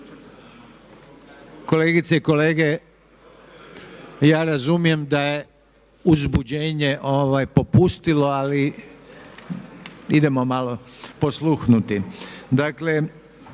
Kolegice i kolege ja razumijem da je uzbuđenje popustilo ali idemo malo posluhnuti.